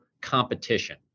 competition